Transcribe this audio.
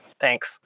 Thanks